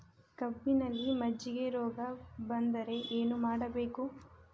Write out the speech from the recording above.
ಕಬ್ಬಿನಲ್ಲಿ ಮಜ್ಜಿಗೆ ರೋಗ ಬಂದರೆ ಏನು ಮಾಡಬೇಕು?